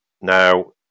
Now